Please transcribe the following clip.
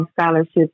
scholarships